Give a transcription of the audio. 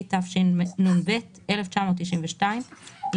התשנ"ב 1992‏,